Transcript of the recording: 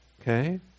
okay